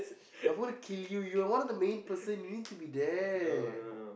I want to kill you you are one of the main person you need to be there